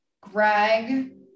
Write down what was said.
Greg